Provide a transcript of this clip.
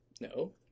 No